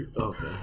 okay